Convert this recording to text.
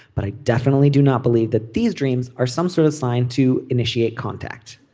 but i definitely do not believe that these dreams are some sort of sign to initiate contact.